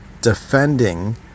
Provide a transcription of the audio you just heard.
defending